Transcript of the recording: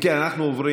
אם כן, אנחנו עוברים,